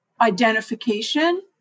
identification